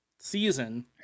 season